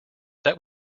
that